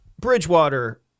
Bridgewater